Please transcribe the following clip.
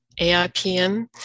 AIPM